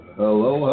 hello